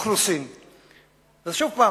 שוב פעם,